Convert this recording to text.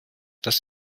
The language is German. das